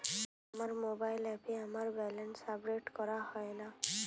আমার মোবাইল অ্যাপে আমার ব্যালেন্স আপডেট করা হয় না